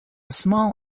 small